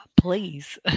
please